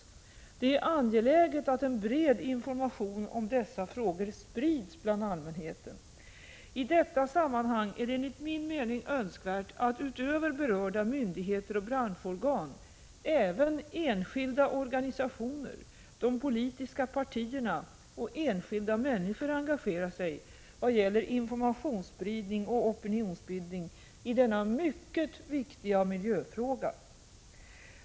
Det är angeläget att en bred information om dessa frågor sprids bland allmänheten. I detta sammanhang är det enligt min mening önskvärt att utöver berörda myndigheter och branschorgan även enskilda organisationer, de politiska partierna och enskilda människor engagerar sig vad gäller informationsspridning och opinionsbildning i denna mycket viktiga miljöfråga.